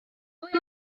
ble